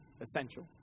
essential